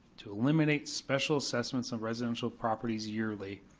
to eliminate special assessments on residential properties yearly,